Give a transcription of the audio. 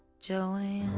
joey